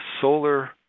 solar